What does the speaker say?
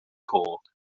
corps